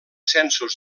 censos